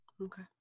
Okay